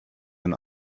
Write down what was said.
ein